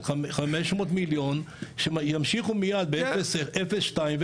500 מיליון שימשיכו מיד ב-0-2 ,